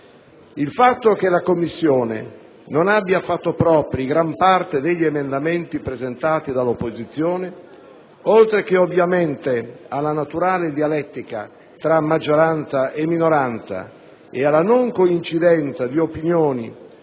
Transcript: Il fatto che la Commissione non abbia fatto propri gran parte degli emendamenti presentati dall'opposizione, oltre che ovviamente alla naturale dialettica fra maggioranza e minoranza e alla non coincidenza di opinioni